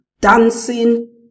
dancing